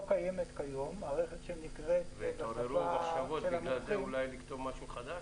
קיימת כיום --- ולא התעוררו מחשבות לעבור למשהו חדש?